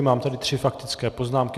Mám tady tři faktické poznámky.